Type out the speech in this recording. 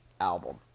album